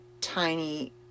tiny